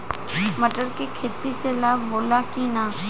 मटर के खेती से लाभ होला कि न?